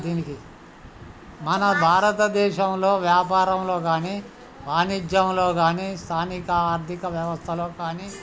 దీనికి మన భారతదేశంలో వ్యాపారంలో కానీ వాణిజ్యంలో కానీ స్థానిక ఆర్థిక వ్యవస్థలో కానీ